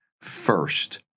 first